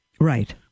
Right